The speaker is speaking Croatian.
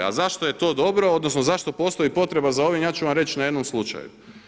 A zašto je to dobro odnosno zašto postoji potreba za ovim, ja ću vam reći na jednom slučaju.